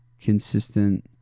consistent